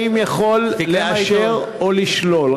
האם יכול לאשר או לשלול?